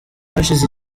hashize